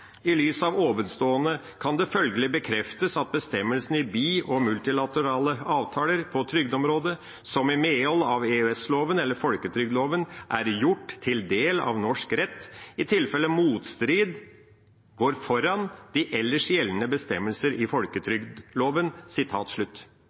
lys av ovenstående, kan det følgelig bekreftes at bestemmelser i bi- og multilaterale avtaler på trygdeområdet, som i medhold av EØS-loven eller folketrygdloven er gjort til del av norsk rett, i tilfelle motstrid går foran de ellers gjeldende bestemmelsene i